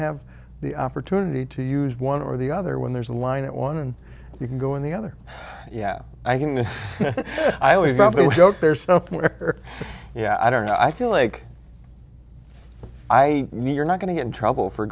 have the opportunity to use one or the other when there's a line at one and you can go in the other yeah i can and i always got the joke there so yeah i don't know i feel like i mean you're not going to get in trouble for